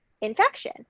infection